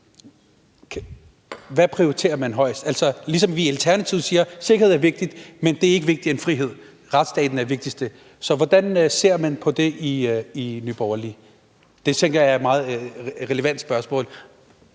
Hvad prioriterer man højest? Altså, ligesom vi i Alternativet siger: Sikkerhed er vigtigt, men det er ikke vigtigere end frihed. Retsstaten er vigtigst. Så hvordan ser man på det i Nye Borgerlige? Det tænker jeg er et meget relevant spørgsmål.